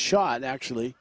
shot actually